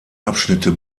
abschnitte